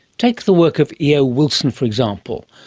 take the work of e. o wilson for example.